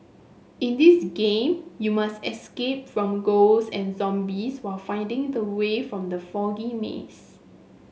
in this game you must escape from ghosts and zombies while finding the way from the foggy maze